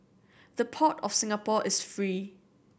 the Port of Singapore is free